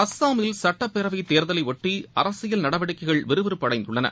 அசாமில் சுட்டப் பேரவைத் தேர்தலையொட்டி அரசியல் நடவடிக்கைகள் விறுவிறுப்பு அடைந்துள்ளன